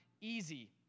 easy